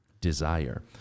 desire